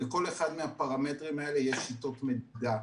לכל אחד מהפרמטרים האלה יש שיטות מדידה.